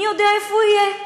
מי יודע איפה הוא יהיה,